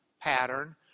pattern